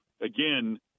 again